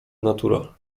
natura